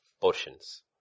portions